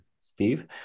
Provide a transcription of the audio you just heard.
Steve